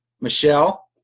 Michelle